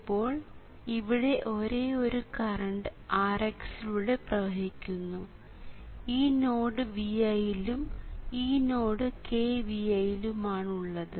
ഇപ്പോൾ ഇവിടെ ഒരേയൊരു കറണ്ട് Rx ലൂടെ പ്രവഹിക്കുന്നു ഈ നോഡ് Vi ലും ഈ നോഡ് kVi ലും ആണ് ഉള്ളത്